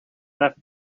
left